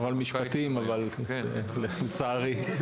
אבל משפטים, לצערי.